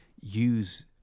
use